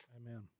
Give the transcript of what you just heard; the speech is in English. Amen